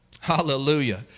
Hallelujah